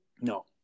no